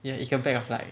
ya 一个 bag of like